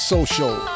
Social